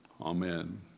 Amen